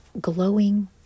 glowing